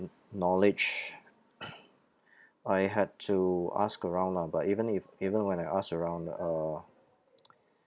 kn~ knowledge I had to ask around lah but even if even when I ask around uh